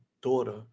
daughter